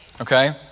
Okay